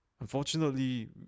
Unfortunately